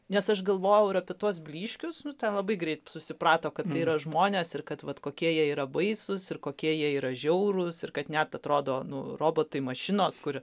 nes aš galvojau ir apie tuos blyškius nu ten labai greit susiprato kad tai yra žmonės ir kad vat kokie jie yra baisūs ir kokie jie yra žiaurūs ir kad net atrodo nu robotai mašinos kur